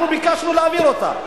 אנחנו ביקשנו להעביר אותה.